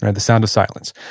and the sound of silence.